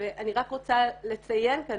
ואני רק רוצה לציין כאן,